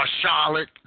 Charlotte